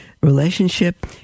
relationship